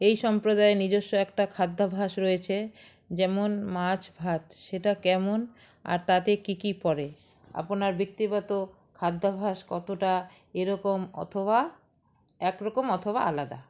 এই সম্প্রদায় নিজস্ব একটা খাদ্যাভ্যাস রয়েছে যেমন মাছ ভাত সেটা কেমন আর তাতে কী কী পড়ে আপনার ব্যক্তিগত খাদ্যাভ্যাস কতটা এরকম অথবা একরকম অথবা আলাদা